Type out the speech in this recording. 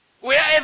wherever